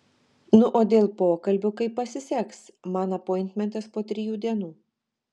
nu o dėl pokalbio kaip pasiseks man apointmentas po trijų dienų